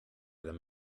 them